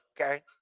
Okay